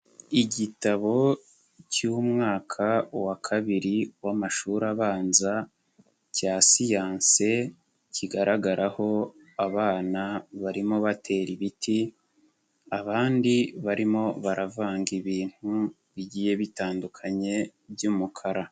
Igitabo cy'umwaka wa kabiri w'amashuri abanza cya siyanse kigaragaraho abana barimo batera ibiti, abandi barimo baravanga ibintu bigiye bitandukanye by'umukara.